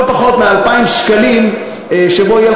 לא פחות,